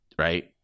right